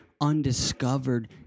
undiscovered